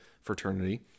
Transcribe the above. fraternity